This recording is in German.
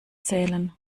zählen